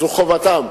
זו חובתם.